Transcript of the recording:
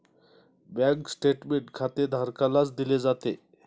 bank statement खातेधारकालाच दिले जाते